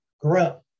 grow